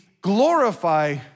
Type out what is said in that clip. glorify